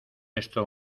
esto